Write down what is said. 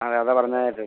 അതെ അതാ പറഞ്ഞത്